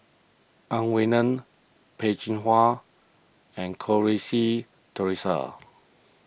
Ang Wei Neng Peh Chin Hua and Goh Rui Si theresa